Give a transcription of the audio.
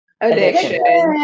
addiction